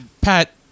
Pat